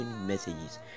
messages